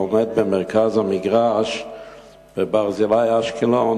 העומד במרכז המגרש ב"ברזילי" אשקלון,